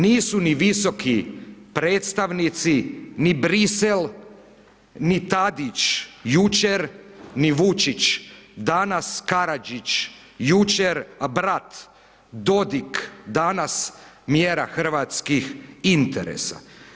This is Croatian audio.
Nisu ni visoki predstavnici ni Brisel ni Tadić jučer ni Vučić danas, Karađić jučer a brat Dodik danas mjera hrvatskih interesa.